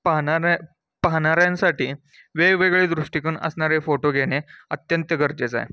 पाहणाऱ्या पाहणाऱ्यांसाठी वेगवेगळे दृष्टिकोन असणारे फोटो घेणे अत्यंत गरजेचं आहे